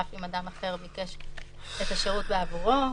אף אם אדם אחר ביקש את השירות בעבורו,